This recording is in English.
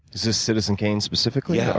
is this citizen kane specifically? yeah.